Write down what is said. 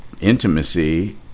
intimacy